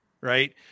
right